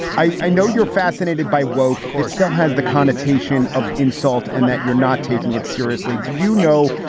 i know you're fascinated by woak. it still has the connotation of insult and that you're not taking it seriously. do you know,